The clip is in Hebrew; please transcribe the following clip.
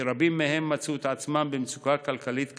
שרבים מהם מצאו את עצמם במצוקה כלכלית קשה,